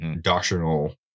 doctrinal